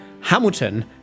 Hamilton